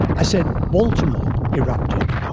i said baltimore erupted,